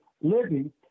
living